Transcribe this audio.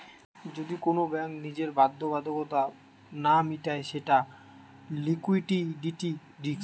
যদি কোন ব্যাঙ্ক নিজের বাধ্যবাধকতা না মিটায় সেটা লিকুইডিটি রিস্ক